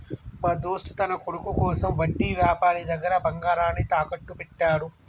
మా దోస్త్ తన కొడుకు కోసం వడ్డీ వ్యాపారి దగ్గర బంగారాన్ని తాకట్టు పెట్టాడు